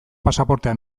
pasaportea